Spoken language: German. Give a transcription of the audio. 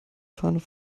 fahnen